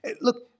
Look